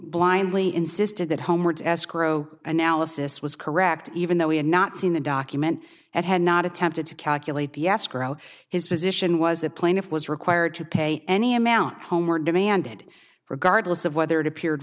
blindly insisted that homewards escrow analysis was correct even though he had not seen the document that had not attempted to calculate the escrow his position was the plaintiff was required to pay any amount of homework demanded regardless of whether it appeared